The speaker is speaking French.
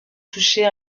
toucher